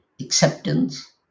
acceptance